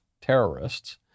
terrorists